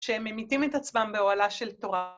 שהם ממיתים את עצמם באוהלה של תורה.